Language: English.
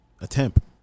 attempt